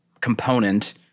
component